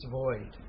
void